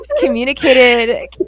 communicated